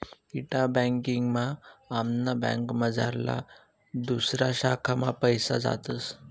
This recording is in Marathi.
इंटा बँकिंग मा आमना बँकमझारला दुसऱा शाखा मा पैसा जातस